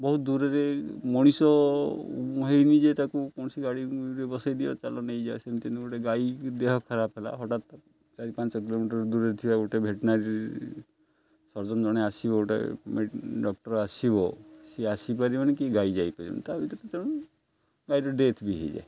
ବହୁତ ଦୂରରେ ମଣିଷ ହୋଇନି ଯେ ତାକୁ କୌଣସି ଗାଡ଼ିରେ ବସାଇ ଦିଅ ଚାଲ ନେଇଯିବା ସେମିତି ନୁହଁ ଗୋଟେ ଗାଈ ଦେହ ଖରାପ ହେଲା ହଠାତ୍ ଚାରି ପାଞ୍ଚ କିଲୋମିଟର୍ ଦୂରରେ ଥିବା ଗୋଟେ ଭେଟନାରୀ ସର୍ଜନ୍ ଜଣେ ଆସିବ ଗୋଟେ ଡକ୍ଟର୍ ଆସିବ ସେ ଆସିପାରିବେନି କି ଗାଈ ଯାଇପାରିବନି ତା ଭିତରେ ତେଣୁ ଗାଈର ଡେଥ୍ ବି ହୋଇଯାଏ